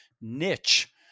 niche